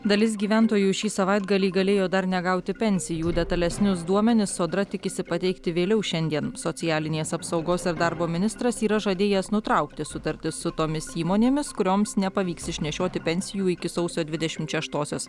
dalis gyventojų šį savaitgalį galėjo dar negauti pensijų detalesnius duomenis sodra tikisi pateikti vėliau šiandien socialinės apsaugos ir darbo ministras yra žadėjęs nutraukti sutartis su tomis įmonėmis kurioms nepavyks išnešioti pensijų iki sausio dvidešimt šeštosios